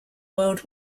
world